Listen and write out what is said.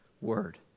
word